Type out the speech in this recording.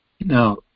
Now